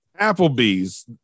Applebee's